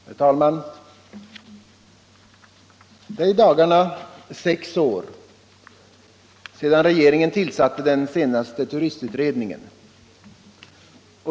Herr talman! Det är i dagarna sex år sedan regeringen tillsatte den senaste turistutredningen.